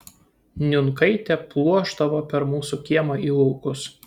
niunkaitė pluošdavo per mūsų kiemą į laukus